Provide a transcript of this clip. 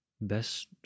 best